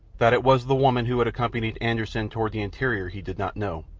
that it was the woman who had accompanied anderssen toward the interior he did not know,